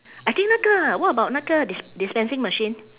I think 那个 what about 那个 dis~ dispensing machine